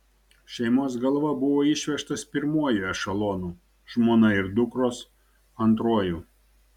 šeimos galva buvo išvežtas pirmuoju ešelonu žmona ir dukros antruoju